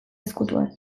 ezkutuan